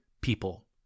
people